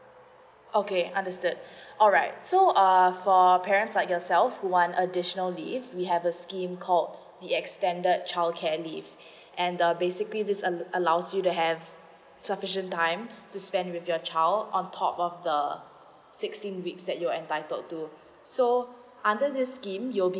okay understood alright so err for our parents like yourself who want additional leave we have the scheme call the extended childcare leave and the basically this allows you to have sufficient time to spend with your child on top of the sixteen weeks that you're entitled to so under this scheme you'll be